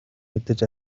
мэдэж